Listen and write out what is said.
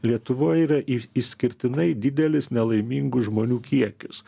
lietuvoj yra išskirtinai didelis nelaimingų žmonių kiekis